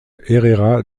herrera